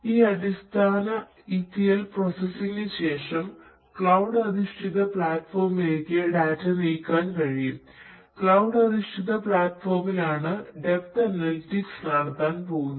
ഈ അടിസ്ഥാന etl പ്രോസസ്സിംഗിന് ശേഷം ക്ലൌഡ് അധിഷ്ഠിത പ്ലാറ്റ്ഫോമിലേക്ക് ഡാറ്റ നീക്കാൻ കഴിയും ക്ലൌഡ് അധിഷ്ഠിത പ്ലാറ്റഫോമിലാണ് ഡെപ്ത് അനലിറ്റിക്സ് നടത്താൻ പോകുന്നത്